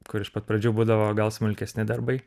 kur iš pat pradžių būdavo gal smulkesni darbai